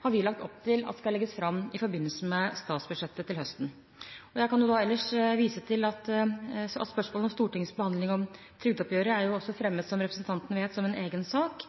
har vi lagt opp til skal legges fram i forbindelse med statsbudsjettet til høsten. Jeg kan ellers vise til at spørsmålet om Stortingets behandling av trygdeoppgjøret også er fremmet – som representanten vet – som en egen sak,